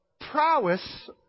prowess